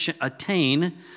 attain